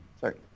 Sorry